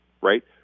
right